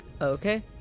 Okay